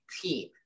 team